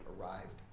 arrived